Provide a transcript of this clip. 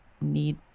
need